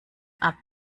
are